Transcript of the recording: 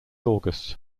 august